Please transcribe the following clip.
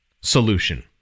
solution